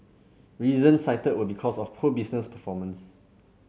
reasons cited were because of poor business performance